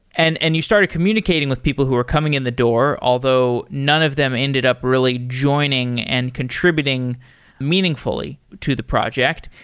and and you started communicating with people who are coming in the door. although none of them ended up really joining and contributing meaningfully to the project.